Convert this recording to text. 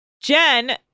Jen